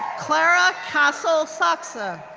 clara castle sachsse,